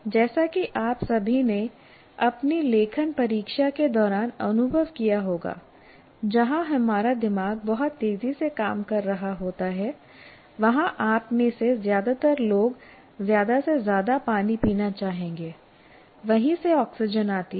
जैसा कि आप सभी ने अपनी लेखन परीक्षा के दौरान अनुभव किया होगा जहां हमारा दिमाग बहुत तेजी से काम कर रहा होता है वहां आप में से ज्यादातर लोग ज्यादा से ज्यादा पानी पीना चाहेंगे वहीं से ऑक्सीजन आती है